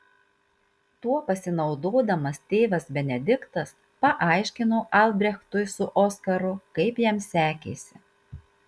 tuo pasinaudodamas tėvas benediktas paaiškino albrechtui su oskaru kaip jam sekėsi